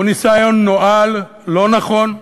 הוא ניסיון נואל, לא נכון,